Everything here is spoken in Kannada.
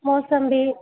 ಮೊಸಂಬಿ